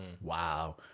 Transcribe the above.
Wow